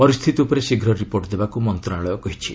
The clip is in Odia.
ପରିସ୍ଥିତି ଉପରେ ଶୀଘ୍ର ରିପୋର୍ଟ ଦେବାକୁ ମନ୍ତ୍ରଣାଳୟ କହିଛି